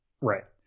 Right